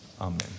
amen